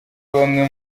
bamwe